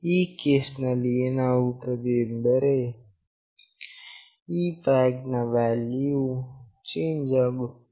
ಆ ಕೇಸ್ ನಲ್ಲಿ ಏನಾಗುತ್ತದೆ ಎಂದರೆ ಈ flag ನ ವ್ಯಾಲ್ಯೂ ವು ಚೇಂಜ್ ಆಗುತ್ತದೆ